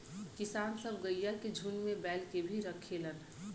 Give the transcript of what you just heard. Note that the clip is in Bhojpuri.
किसान सब गइया के झुण्ड में बैल के भी रखेलन